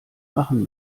machen